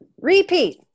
Repeat